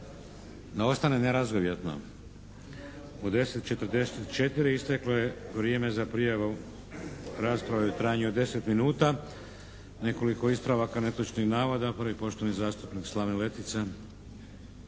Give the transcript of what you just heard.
Da ostane nerazgovijetno? U 10,44 isteklo je vrijeme za prijavu rasprave u trajanju od 10 minuta. Nekoliko ispravaka netočnih navoda. Prvi je poštovani zastupnik Slaven Letica.